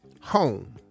home